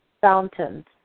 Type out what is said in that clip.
fountains